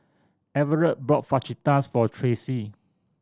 Everett bought Fajitas for Tracee